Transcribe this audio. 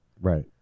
right